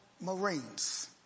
Marines